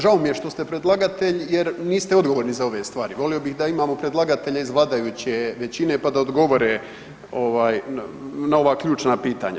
Žao mi je što ste predlagatelj jer niste odgovorni za ove stvari, volio bih da imamo predlagatelje iz vladajuće većine pa da odgovore na ova ključna pitanja.